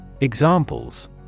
Examples